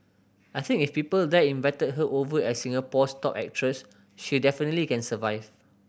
I think if people there invited her over as Singapore's top actress she definitely can survive